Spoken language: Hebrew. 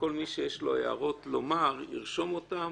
וכל מי שיש לו הערות לומר, ירשום אותן